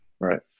Right